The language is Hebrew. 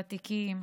ותיקים,